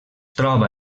troba